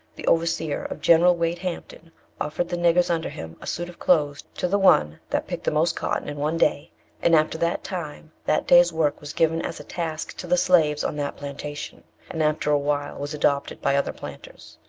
the overseer of general wade hampton offered the niggers under him a suit of clothes to the one that picked the most cotton in one day and after that time that day's work was given as a task to the slaves on that plantation and, after a while, was adopted by other planters.